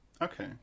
okay